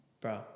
bro